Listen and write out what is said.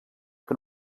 que